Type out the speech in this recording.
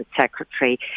secretary